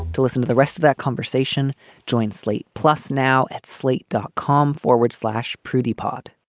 to listen to the rest of that conversation joint slate plus now at slate, dot com forward slash prudy pod